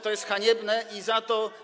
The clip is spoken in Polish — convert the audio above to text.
To jest haniebne i za to.